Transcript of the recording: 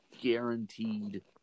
guaranteed